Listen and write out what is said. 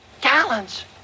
Gallons